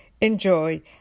enjoy